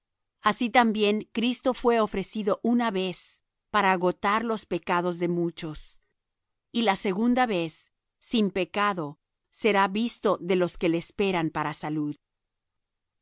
así también cristo fué ofrecido una vez para agotar los pecados de muchos y la segunda vez sin pecado será visto de los que le esperan para salud